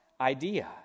idea